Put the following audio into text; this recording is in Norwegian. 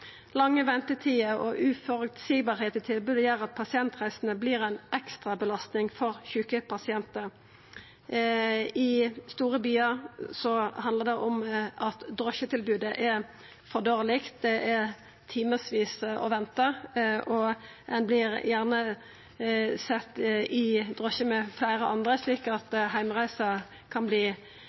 Lange ventetider og uføreseielegheit i tilbodet gjer at pasientreisene vert ei ekstra belastning for sjuke pasientar. I store byar handlar det om at drosjetilbodet er for dårleg. Det er timevis å venta, og ein vert gjerne sett i drosje med fleire andre, slik at heimreisa kan